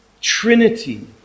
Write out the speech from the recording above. Trinity